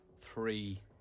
Three